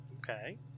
Okay